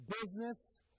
business